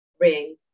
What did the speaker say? ring